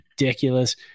ridiculous